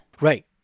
Right